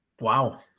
Wow